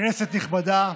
כנסת נכבדה,